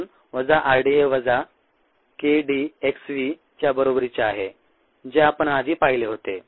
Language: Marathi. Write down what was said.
म्हणून वजा r d हे वजा k d x v च्या बरोबरीचे आहे जे आपण आधी पाहिले होते